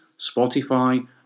Spotify